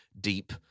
deep